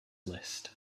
list